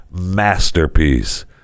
masterpiece